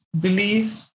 believe